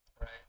Right